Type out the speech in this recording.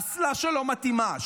אסלה שלא מתאימה,